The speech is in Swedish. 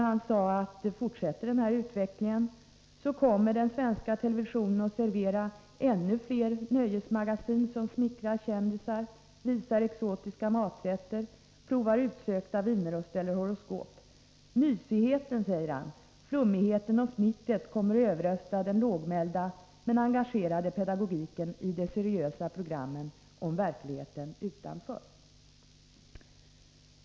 Han sade där att fortsätter denna utveckling kommer den svenska televisionen att servera ännu fler nöjesmagasin som smickrar kändisar, visar exotiska maträtter, provar utsökta viner och ställer horoskop. Mysigheten, skrev han, flummigheten och smickret kommer att överrösta den lågmälda men engagerade pedagogiken i de seriösa programmen om verkligheten utanför.